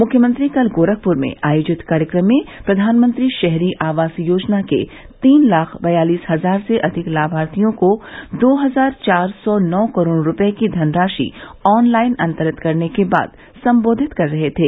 मुख्यमंत्री कल गोरखप्र में आयोजित कार्यक्रम में प्रधानमंत्री शहरी आवास योजना के तीन लाख बयालीस हजार से अधिक लामार्थियों को दो हजार चार सौ नौ करोड़ रूपये की धनराशि ऑनलाइन अंतरित करने के बाद संबोधित कर रहे थे